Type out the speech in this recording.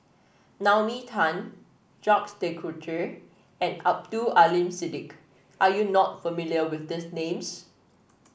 Naomi Tan Jacques De Coutre and Abdul Aleem Siddique are you not familiar with these names